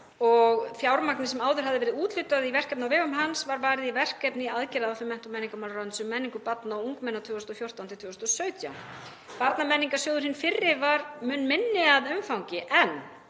og fjármagni sem áður hafði verið úthlutað í verkefni á vegum hans var varið í verkefni í aðgerðaáætlun mennta- og menningarmálaráðuneytis um menningu barna og ungmenna 2014–2017. Barnamenningarsjóður hinn fyrri var mun minni að umfangi en